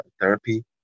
therapy